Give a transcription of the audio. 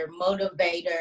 motivator